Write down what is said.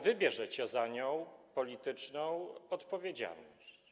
Wy bierzecie za nią polityczną odpowiedzialność.